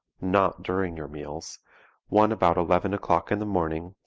not during your meals one about eleven o'clock in the morning,